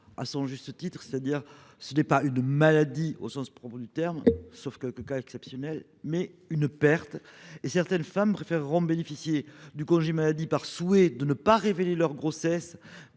à son juste titre : ce n'est pas une maladie au sens propre du terme, sauf cas exceptionnel, mais une perte. Certes, des femmes préféreront bénéficier d'un congé maladie par souhait de ne pas révéler leur grossesse